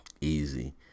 easy